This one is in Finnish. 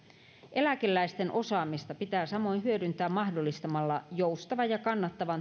eläkeläisten osaamista pitää samoin hyödyntää mahdollistamalla joustava ja kannattava